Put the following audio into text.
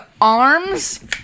arms